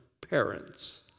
parents